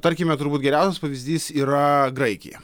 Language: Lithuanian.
tarkime turbūt geriausias pavyzdys yra graikija